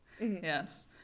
yes